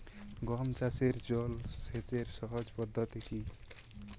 গম চাষে জল সেচের সহজ পদ্ধতি কি?